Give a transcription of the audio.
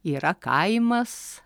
yra kaimas